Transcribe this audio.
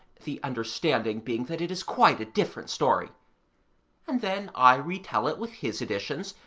the understanding being that it is quite a different story and then i retell it with his additions,